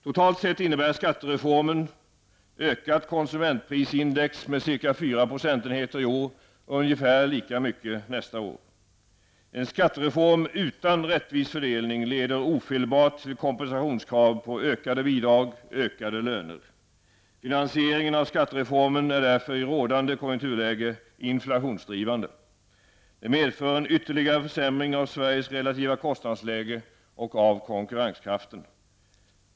Totalt sett innebär skattereformen ökat konsumentprisindex med cirka fyra procentenheter i år och ungefär lika mycket nästa år. En skattereform utan rättvis fördelning leder ofelbart till krav på kompensation i form av ökade bidrag och ökade löner. Finansieringen av skattereformen är därför i rådande konjunkturläge inflationsdrivande. Det medför en ytterligare försämring av Sveriges relativa kostnadsläge och av konkurrenskraften.